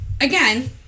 again